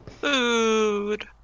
Food